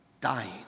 dying